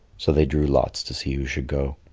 so they drew lots to see who should go.